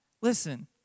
Listen